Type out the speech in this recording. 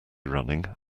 running